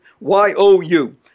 Y-O-U